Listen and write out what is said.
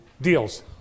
deals